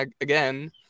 again